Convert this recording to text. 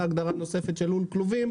והגדרה נוספת של "לול כלובים",